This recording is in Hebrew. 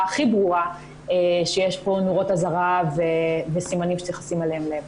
הכי ברורה שיש פה נורות אזהרה וסימנים שצריך לשים אליהם לב.